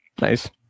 Nice